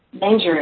dangerous